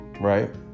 right